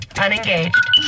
unengaged